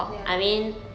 ya